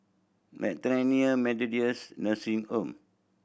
Bethany Methodist Nursing Home